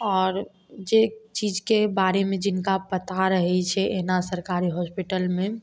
आओर जे चीजके बारेमे जिनका पता रहै छै एहिना सरकारी हॉस्पिटलमे